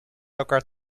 elkaar